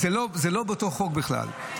זה לא באותו חוק בכלל.